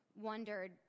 wondered